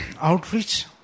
outreach